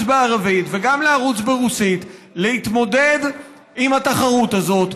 בערבית וגם לערוץ ברוסית להתמודד עם התחרות הזאת,